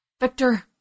Victor